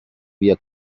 via